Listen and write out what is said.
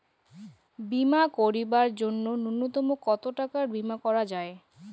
বীমা করিবার জন্য নূন্যতম কতো টাকার বীমা করা যায়?